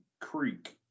Creek